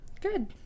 good